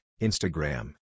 Instagram